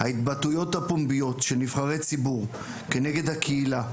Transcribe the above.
ההתבטאויות הפומביות של נבחרי ציבור כנגד הקהילה,